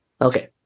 Okay